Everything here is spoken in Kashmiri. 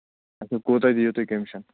اچھا کوٗتاہ دِیِو تُہۍ کٔمِشَن